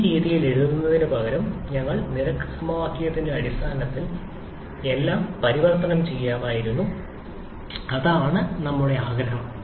ഈ രീതിയിൽ എഴുതുന്നതിനുപകരം നിങ്ങൾക്ക് നിരക്ക് സമവാക്യത്തിന്റെ അടിസ്ഥാനത്തിൽ എല്ലാം പരിവർത്തനം ചെയ്യാമായിരുന്നു അതാണ് നമ്മളുടെ ആഗ്രഹം